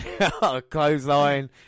Clothesline